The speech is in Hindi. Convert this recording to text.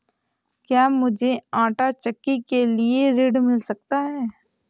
क्या मूझे आंटा चक्की के लिए ऋण मिल सकता है?